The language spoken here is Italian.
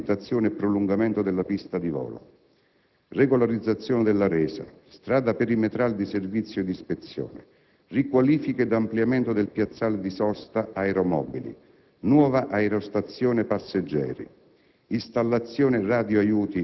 riqualifica della pavimentazione e prolungamento della pista di volo; regolarizzazione della RESA; strada perimetrale di servizio ed ispezione; riqualifica ed ampliamento del piazzale di sosta aeromobili; nuova aerostazione passeggeri;